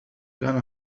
كان